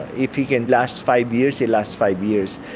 if he can last five years he lasts five years,